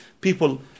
people